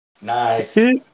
Nice